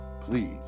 please